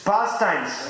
Pastimes